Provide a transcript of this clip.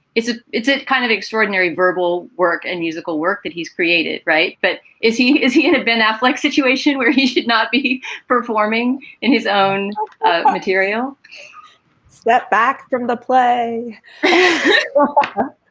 it's ah it's it's kind of extraordinary verbal work and musical work that he's created. right. but is he. is he in a ben affleck situation where he should not be performing in his own material set back from the play or but